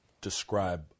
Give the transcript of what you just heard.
describe